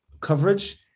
coverage